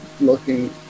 Looking